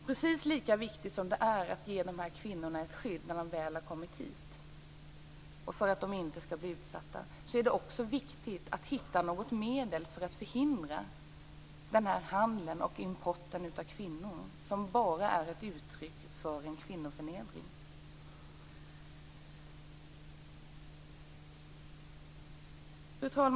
Precis som det är viktigt att ge de här kvinnorna ett skydd när de väl har kommit hit och för att undvika att de hamnar i ett utsatt läge är det viktigt att hitta ett medel för att förhindra den här handeln och importen av kvinnor som bara är ett uttryck för kvinnoförnedring. Fru talman!